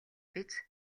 биз